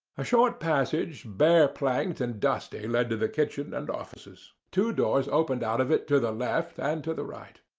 a short passage, bare planked and dusty, led to the kitchen and offices. two doors opened out of it to the left and to the right.